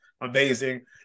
amazing